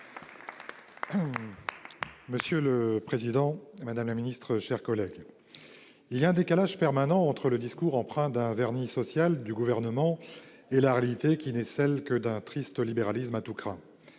Monsieur le président, madame la secrétaire d'État, mes chers collègues, il y a un décalage permanent entre le discours, recouvert d'un vernis social, du Gouvernement, et la réalité, qui n'est que celle d'un triste libéralisme à tous crins.